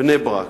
בני-ברק,